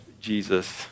Jesus